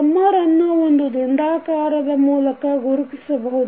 summer ಅನ್ನೋ ಒಂದು ದುಂಡಾಕಾರದ ಮೂಲಕ ಗುರುತಿಸಬಹುದು